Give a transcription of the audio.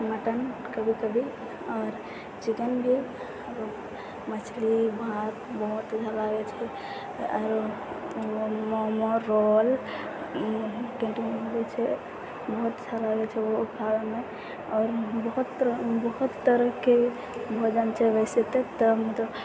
mutton कभी कभी आओर चिकन भी आओर मछली भात बहुत अच्छा लागै छै आओर मोमो रोल कैन्टीनमे मिलै छै बहुत अच्छा लागै छै ओहो खाइमे आओर बबहुत तरहके भोजन छै वइसे तऽ तऽ हम तऽ